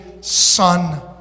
Son